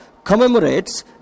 commemorates